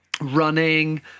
running